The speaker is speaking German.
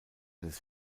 des